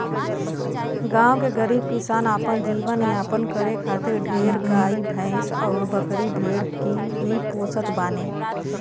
गांव के गरीब किसान अपन जीवन यापन करे खातिर ढेर गाई भैस अउरी बकरी भेड़ ही पोसत बाने